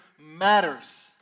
matters